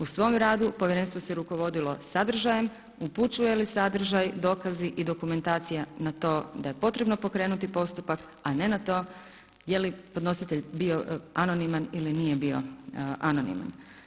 U svom radu Povjerenstvo se rukovodilo sadržajem upućuje li sadržaj, dokazi i dokumentacija na to da je potrebno pokrenuti postupak, a ne na to je li podnositelj bio anoniman ili nije bio anoniman.